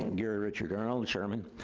gary richard earl, chairman.